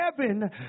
heaven